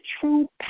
true